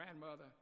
grandmother